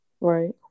Right